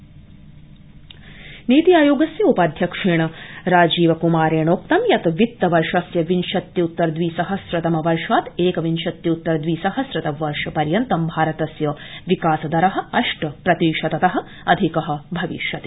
नीति आयोग नीति आयोगस्य उपाध्यक्षेण राजीव कमारेणोक्तं यत वित्तवर्षस्य विंशत्यृत्तर दविसहस्रतम वर्षात े एक विंशत्युत्तर दवि सहस्रतमवर्ष पर्यन्तं भारतस्य विकास दरः अष्ट प्रतिशत तः अधिक भविष्यति